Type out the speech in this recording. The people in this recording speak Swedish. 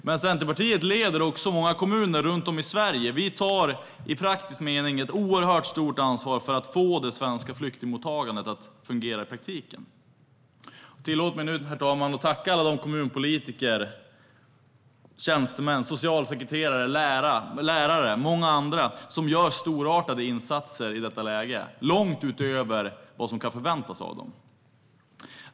Men Centerpartiet leder också många kommuner runt om i Sverige. Vi tar ett oerhört stort ansvar för att få det svenska flyktingmottagandet att fungera i praktiken. Tillåt mig nu, herr talman, att tacka alla de kommunpolitiker, tjänstemän, socialsekreterare, lärare och många andra som gör storartade insatser i detta läge, långt utöver vad som kan förväntas av dem.